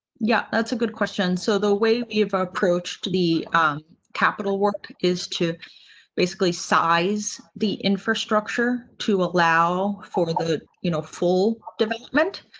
yeah, that's a good question. so, the way we've approached the capital work is to basically size the infrastructure to allow for the you know full development.